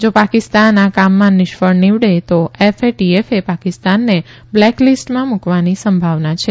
જો પાકિસ્તાન આ કામમાં નિષ્ફળ નિવડે તો એફએટીએફ એ પાકિસ્તાનને બ્લેક લીસ્ટમાં મુકવાની સંભાવના છે